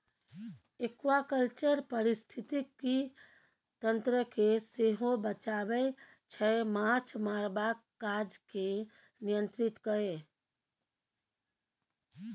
aquaculture पारिस्थितिकी तंत्र केँ सेहो बचाबै छै माछ मारबाक काज केँ नियंत्रित कए